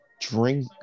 drink